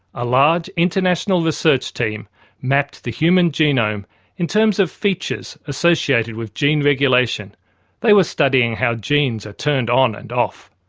a large international research team mapped the human genome in terms of features associated with gene regulation they were studying how genes are turned on and off.